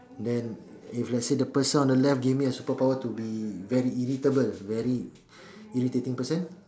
then if let say the person on the left gave me a superpower to be very irritable very irritating person